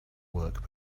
work